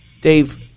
Dave